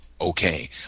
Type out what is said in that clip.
Okay